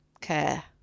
care